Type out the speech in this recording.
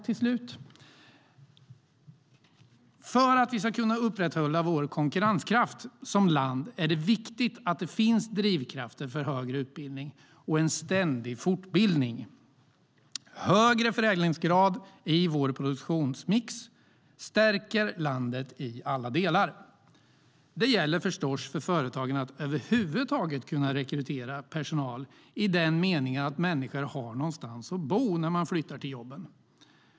För att Sverige ska kunna upprätthålla sin konkurrenskraft är det viktigt att det finns drivkrafter för högre utbildning och en ständig fortbildning. Högre förädlingsgrad i vår produktionsmix stärker landet i alla delar. Då gäller det förstås att företagen över huvud taget kan rekrytera personal, i den meningen att människor måste ha någonstans att bo när de flyttar till jobb.